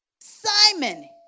Simon